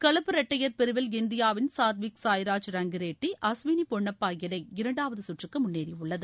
கலப்பு இரட்டையர் பிரிவில் இந்தியாவின் சாத்விக் சாய்ராஜ் ரங்கிரெட்டி அஸ்வினி பொன்னப்பா இணை இரண்டாவது சுற்றுக்கு முன்னேறியுள்ளது